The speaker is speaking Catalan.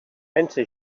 pense